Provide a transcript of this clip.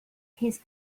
his